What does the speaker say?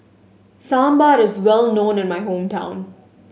Sambar is well known in my hometown